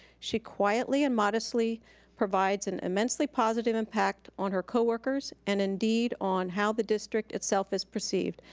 she quietly and modestly provides an immensely positive impact on her coworkers, and indeed, on how the district itself is perceived.